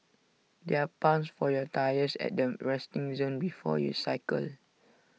there are pumps for your tyres at the resting zone before you cycle